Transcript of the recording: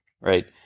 right